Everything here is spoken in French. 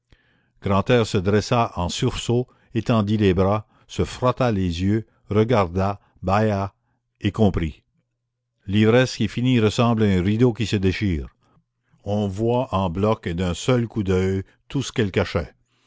grantaire se dressa en sursaut étendit les bras se frotta les yeux regarda bâilla et comprit l'ivresse qui finit ressemble à un rideau qui se déchire on voit en bloc et d'un seul coup d'oeil tout ce qu'elle cachait